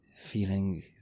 feeling